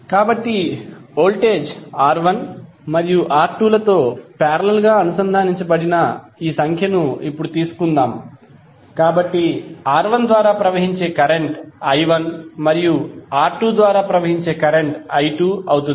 కాబట్టి voltage R1 మరియు R2 లతో పారేలల్ గా అనుసంధానించబడిన ఈ సంఖ్యను ఇప్పుడు తీసుకుందాం కాబట్టి R1 ద్వారా ప్రవహించే కరెంట్ i1 మరియు R2 ద్వారా ప్రవహించే కరెంట్ i2 అవుతుంది